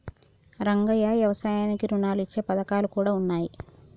రంగయ్య యవసాయానికి రుణాలు ఇచ్చే పథకాలు కూడా ఉన్నాయి